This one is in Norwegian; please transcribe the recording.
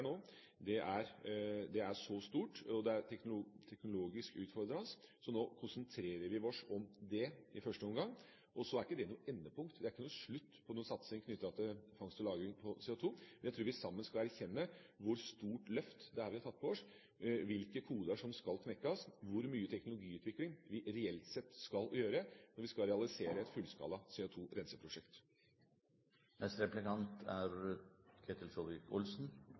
nå, er stort, og det er teknologisk utfordrende, så nå konsentrerer vi oss om det i første omgang. Så er ikke det noe endepunkt, det er ikke slutten på en satsing knyttet til fangst og lagring av CO2, men jeg tror vi sammen skal erkjenne hvor stort løft det er vi har tatt på oss, hvilke koder som skal knekkes, hvor mye teknologiutvikling det reelt sett er snakk om når vi skal realisere et fullskala